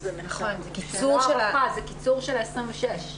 זה קיצור של ה-26.